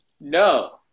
No